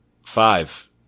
Five